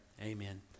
amen